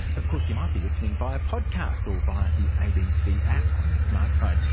of course you might be listening via podcast or via the abc app on your smart phone,